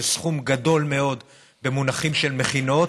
שזה סכום גדול מאוד במונחים של מכינות,